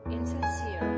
Insincere